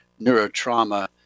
neurotrauma